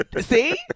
See